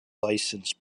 licensed